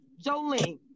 Jolene